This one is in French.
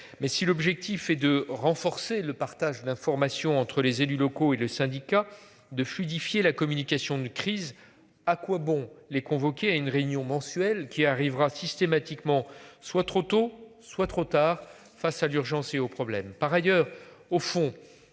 Mais si l'objectif est de renforcer le partage d'informations entre les élus locaux et le syndicat de fluidifier la communication de crise. À quoi bon les convoquer à une réunion mensuelle qui arrivera systématiquement soit trop tôt, soit trop tard. Face à l'urgence au problème.